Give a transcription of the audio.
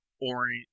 orange